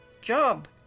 Job